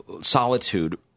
solitude